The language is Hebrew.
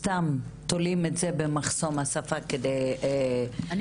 סתם תולים את זה במחסום השפה כדי --- אני